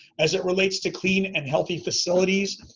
as it relates to clean and healthy facilities,